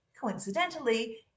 coincidentally